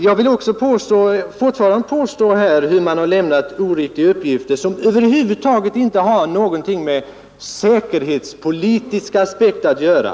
Jag påstår alltjämt att hela tiden har lämnats oriktiga uppgifter, som inte har något som helst med säkerhetspolitiska aspekter att göra.